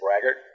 braggart